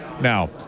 Now